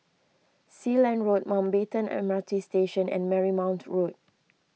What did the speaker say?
Sealand Road Mountbatten M R T Station and Marymount Road